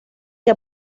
que